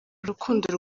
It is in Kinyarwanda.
urukundo